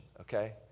okay